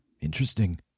Interesting